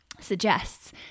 suggests